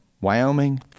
Wyoming